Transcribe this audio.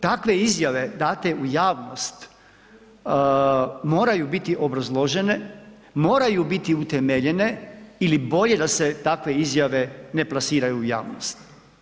Takve izjave date u javnost moraju biti obrazložene, moraju biti utemeljene ili bolje da se takve izjave ne plasiraju u javnost.